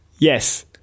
Yes